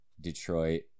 Detroit